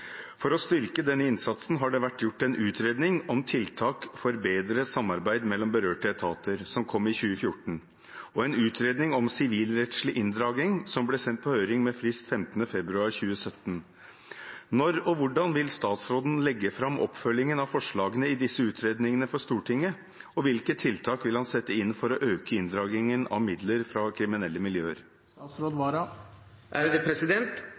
For å styrke denne innsatsen har det vært gjort en utredning om tiltak for bedre samarbeid mellom berørte etater, som kom i 2014, og en utredning om sivilrettslig inndragning, som ble sendt på høring med frist 15. februar 2017. Når og hvordan vil statsråden legge fram oppfølgingen av forslagene i disse utredningene for Stortinget, og hvilke tiltak vil han sette inn for å øke inndragningen av midler fra kriminelle